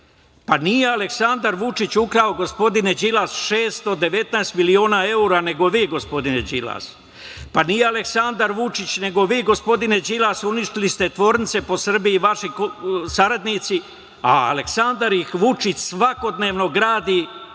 Pa, nije Aleksandar Vučić ukrao, gospodine Đilas, 619 miliona evra, nego vi, gospodine Đilas. Pa, nije Aleksandar Vučić, nego vi gospodine Đilas, uništili ste tvornice po Srbiji i vaši saradnici, a Aleksandar Vučić ih svakodnevno gradi